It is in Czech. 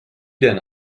den